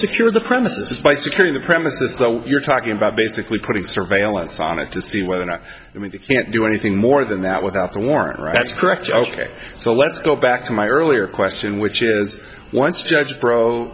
secure the premises by securing the premises so you're talking about basically putting surveillance on it to see whether or not i mean you can't do anything more than that without a warrant that's correct ok so let's go back to my earlier question which is once judge bro